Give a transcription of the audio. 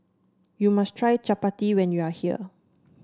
you must try Chapati when you are here